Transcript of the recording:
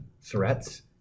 threats